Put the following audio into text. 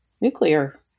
nuclear